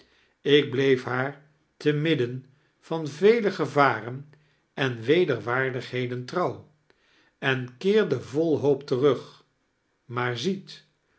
ik bleef haar te midden van vele gevaren en wederwaardigheden trouw en keerde vol hoop terug maar ziet